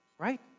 right